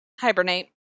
Hibernate